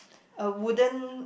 a wooden